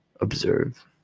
observe